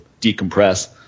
decompress